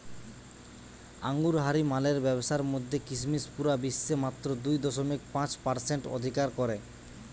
আঙুরহারি মালের ব্যাবসার মধ্যে কিসমিস পুরা বিশ্বে মাত্র দুই দশমিক পাঁচ পারসেন্ট অধিকার করে